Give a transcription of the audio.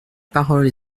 parole